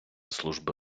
служби